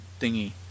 thingy